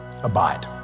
Abide